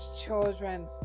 children